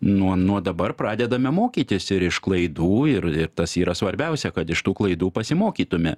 nuo nuo dabar pradedame mokytis ir iš klaidų ir ir tas yra svarbiausia kad iš tų klaidų pasimokytume